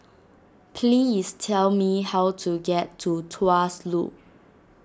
please tell me how to get to Tuas Loop